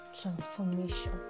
transformation